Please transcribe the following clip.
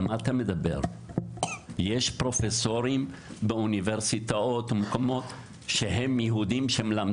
האם יש פרופסורים יהודים באוניברסיטאות שמלמדים?",